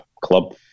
club